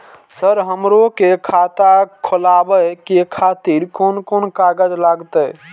Sir हमरो के खाता खोलावे के खातिर कोन कोन कागज लागते?